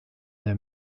der